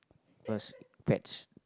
cause pets